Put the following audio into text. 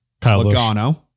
Logano